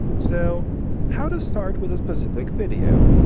so how to start with a specific video?